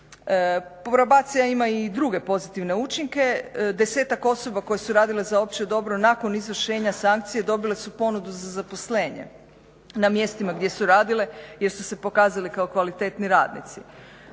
Probacija ima i druge pozitivne učinke, desetak osoba koje su radile za opće dobro nakon izvršenja sankcije dobile su ponudu za zaposlenje na mjestima gdje su radile jer su se pokazale kao kvalitetni radnici.